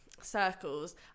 circles